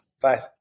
Bye